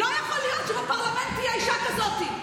לא יכול להיות שבפרלמנט תהיה אישה כזאת.